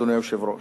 אדוני היושב-ראש?